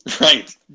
Right